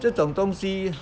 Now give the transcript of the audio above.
这种东西